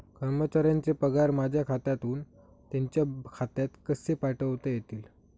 कर्मचाऱ्यांचे पगार माझ्या खात्यातून त्यांच्या खात्यात कसे पाठवता येतील?